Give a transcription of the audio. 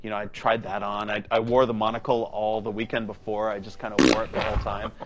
you know i tried that on. i i wore the monocle all the weekend before. i just kind of wore it the whole time.